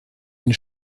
eine